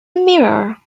mirror